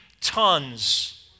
tons